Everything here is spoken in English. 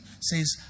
says